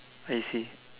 I see